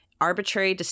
arbitrary